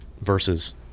versus